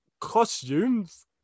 costumes